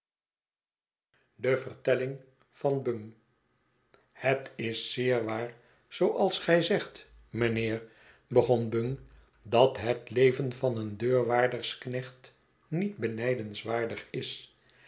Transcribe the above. de vertelling van bung het is zeer waar zooals gij zegt mijnheer begon bung dat het leven van een deurwaardersknecht niet benijdenswaardig is